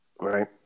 right